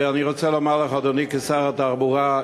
אני רוצה לומר לאדוני כשר התחבורה,